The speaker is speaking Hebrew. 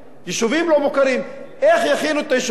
איך יכינו את היישובים האלה אם הורסים להם את הבתים?